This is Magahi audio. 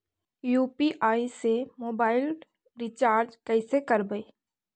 यु.पी.आई से मोबाईल रिचार्ज कैसे करबइ?